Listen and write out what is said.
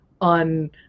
on